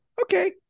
Okay